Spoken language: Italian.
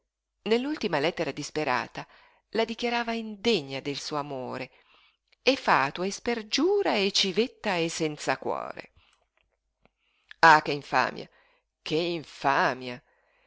nell'ultima lettera disperata la dichiarava indegna del suo amore e fatua e spergiura e civetta e senza cuore ah che infamia che infamia